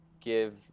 give